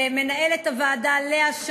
למנהלת הוועדה לאה,